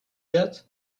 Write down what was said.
that